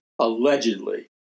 allegedly